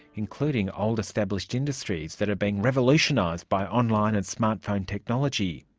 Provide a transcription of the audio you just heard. including old established industries that are being revolutionised by online and smart phone technology.